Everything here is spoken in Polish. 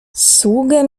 sługę